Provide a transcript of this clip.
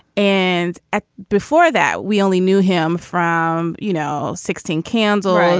and ah before that, we only knew him from, you know, sixteen candles,